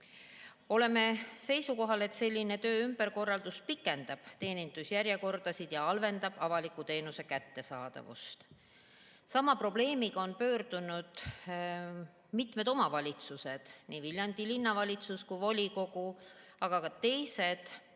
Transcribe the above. Oleme seisukohal, et selline töö ümberkorraldus pikendab teenindusjärjekordasid ja halvendab avaliku teenuse kättesaadavust. Sama probleemiga on pöördunud mitmed omavalitsused – nii Viljandi Linnavalitsus kui volikogu, aga ka teised –